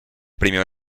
premio